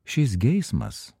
šis geismas